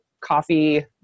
coffee